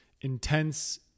intense